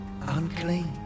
unclean